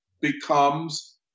becomes